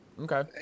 Okay